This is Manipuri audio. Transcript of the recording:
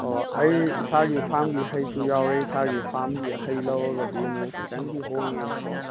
ꯑꯣ ꯑꯩ ꯏꯁꯥꯒꯤ ꯐꯥꯝꯒꯤ ꯍꯩꯁꯨ ꯌꯥꯎꯔꯦ ꯏꯁꯥꯒꯤ ꯐꯥꯝꯒꯤ ꯍꯩ ꯂꯧꯔꯒꯗꯤ ꯑꯃꯨꯛ ꯈꯤꯇꯪꯗꯤ ꯍꯣꯡꯉꯦꯕꯀꯣ